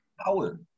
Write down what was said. power